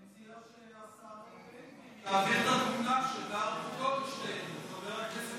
שאני מציע שהשר בן גביר יעביר את התמונה של ברוך גולדשטיין לחבר הכנסת